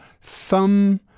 thumb